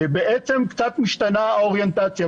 בעצם קצת משתנה האוריינטציה,